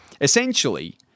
essentially